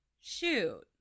shoot